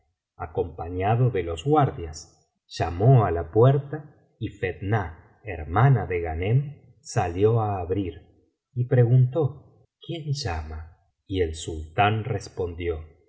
acompañado de los guardias llamó á la puerta y fetnah hermana de glianem salió á abrir y preguntó quién llama y el sultán respondió